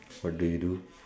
what do you do